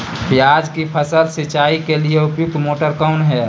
प्याज की फसल सिंचाई के लिए उपयुक्त मोटर कौन है?